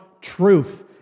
truth